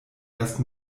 erst